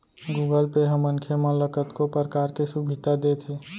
Google pay ह मनखे मन ल कतको परकार के सुभीता देत हे